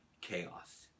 chaos